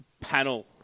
Panel